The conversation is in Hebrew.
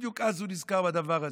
בדיוק אז הוא נזכר בדבר הזה,